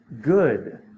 good